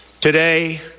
Today